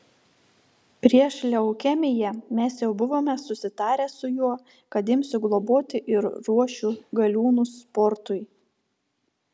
prieš leukemiją mes jau buvome susitarę su juo kad imsiu globoti ir ruošiu galiūnus sportui